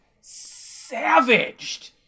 savaged